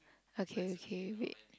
okay okay wait